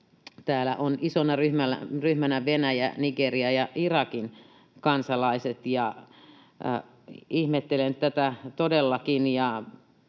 täällä ovat isona ryhmänä Venäjän, Nigerian ja Irakin kansalaiset, ja ihmettelen tätä todellakin.